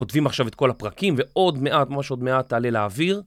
כותבים עכשיו את כל הפרקים ועוד מעט, משהו עוד מעט, תעלה לאוויר.